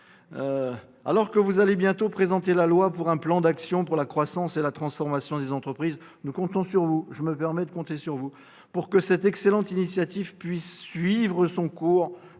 alors que vous allez bientôt présenter le projet de loi pour un plan d'action pour la croissance et la transformation des entreprises, nous comptons sur vous- je me permets de compter sur vous -pour que cette excellente initiative puisse suivre son cours